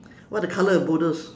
what are the colour of the boulders